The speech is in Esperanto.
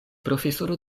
profesoro